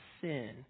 sin